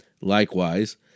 Likewise